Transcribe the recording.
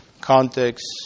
Context